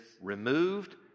removed